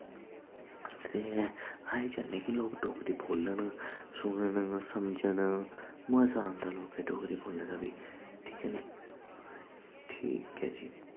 ते अस चाह्ने कि लोग डोगरी बोलन सुनन समझन मज़ा आंदा लोकें डोगरी बोलने दा बी ठीक ऐ नी ठीक ऐ जी